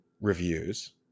reviews